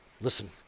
listen